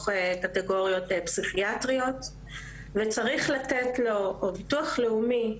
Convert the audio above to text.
קטגוריות פסיכיאטריות וצריך לתת לו או ביטוח לאומי,